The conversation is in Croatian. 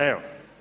Evo.